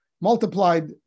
multiplied